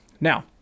Now